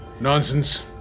Nonsense